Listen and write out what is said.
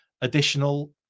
additional